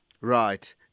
Right